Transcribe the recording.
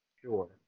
sure